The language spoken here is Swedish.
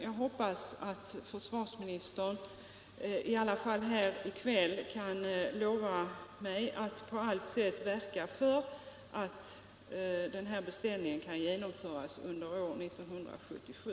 Jag hoppas att försvarsministern i alla fall i kväll kan lova mig att på allt sätt verka för att denna beställning kan genomföras under år 1977.